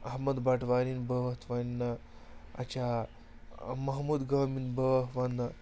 احمد بَٹوارِنۍ بٲتھ وَنٛنا اَچھا محموٗد گامٕنۍ بٲتھ وَنٛنہٕ